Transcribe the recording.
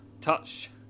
Touch